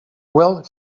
well